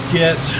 get